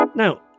Now